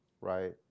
right